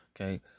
Okay